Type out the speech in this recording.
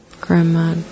grandma